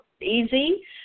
easy